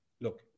Look